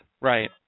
Right